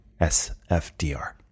SFDR